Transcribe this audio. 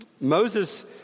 Moses